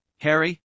Harry